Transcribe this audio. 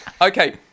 Okay